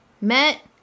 Met